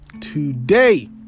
today